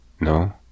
No